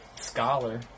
Scholar